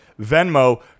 Venmo